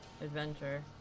adventure